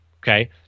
okay